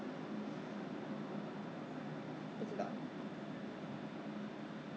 Taiwan Taiwan the rate is very low 现在是他好像是有开放给 Singapore right